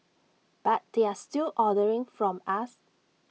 but they're still ordering from us